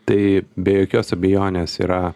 tai be jokios abejonės yra